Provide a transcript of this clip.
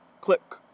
click